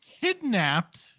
kidnapped